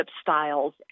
styles